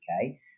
okay